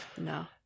no